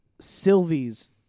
Sylvie's